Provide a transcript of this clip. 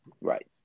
Right